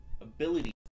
ability